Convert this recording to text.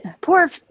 poor